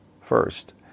First